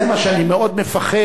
זה מה שאני מאוד מפחד,